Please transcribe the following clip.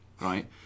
right